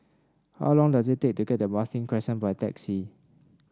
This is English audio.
how long does it take to get to Marsiling Crescent by taxi